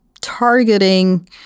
targeting